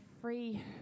free